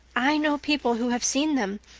i know people who have seen them.